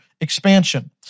expansion